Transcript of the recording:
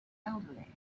elderly